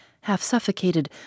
half-suffocated